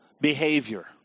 behavior